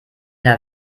der